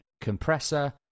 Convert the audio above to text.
compressor